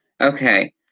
Okay